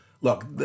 look